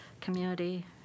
community